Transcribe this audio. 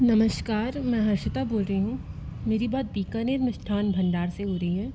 नमस्कार मैं हर्षिता बोल रही हूँ मेरी बात बीकानेर मिष्ठान भंडार से हो रही है